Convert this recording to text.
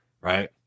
right